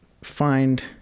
find